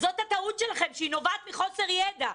זו הטעות שלכם שנובעת מחוסר ידע,